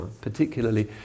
particularly